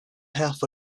half